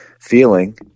feeling